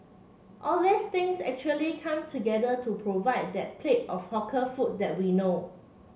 all these things actually come together to provide that plate of hawker food that we know